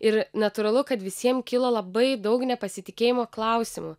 ir natūralu kad visiem kilo labai daug nepasitikėjimo klausimų